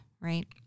right